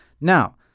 Now